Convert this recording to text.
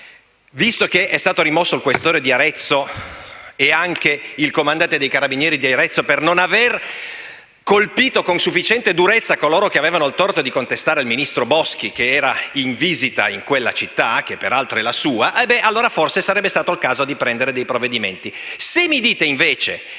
Visto che sono stati rimossi il questore e il Comandante dei carabinieri di Arezzo per non aver colpito con sufficiente durezza coloro che avevano il torto di contestare il ministro Boschi che era in visita in quella città (che peraltro è la sua), allora sarebbe forse stato il caso di assumere dei provvedimenti.